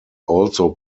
also